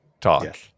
talk